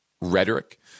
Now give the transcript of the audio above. rhetoric